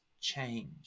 change